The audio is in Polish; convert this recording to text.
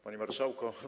Panie Marszałku!